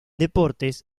deportes